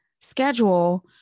schedule